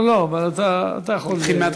לא, לא, אבל אתה יכול, נתחיל מההתחלה?